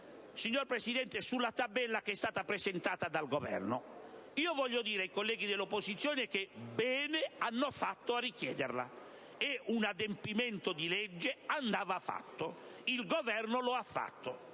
signor Presidente, sulla tabella presentata dal Governo. Voglio dire ai colleghi dell'opposizione che bene hanno fatto a richiederla. È un adempimento di legge e quindi andava fatto. Il Governo l'ha fatto.